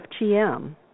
FGM